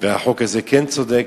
והחוק הזה כן צודק,